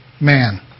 man